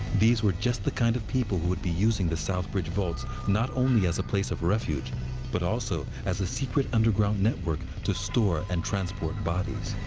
these were just the kind of people who would be using the south bridge vaults, not only as a place of refuge but also as a secret underground network to store and transport bodies.